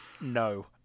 No